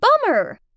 bummer